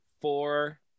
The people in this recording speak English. four